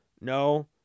no